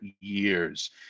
years